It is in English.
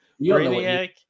Brainiac